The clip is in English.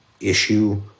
issue